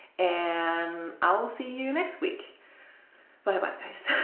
and i will see you next week bye bye guys